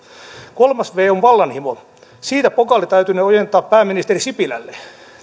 kolmas viisi on vallanhimo siitä pokaali täytynee ojentaa pääministeri sipilälle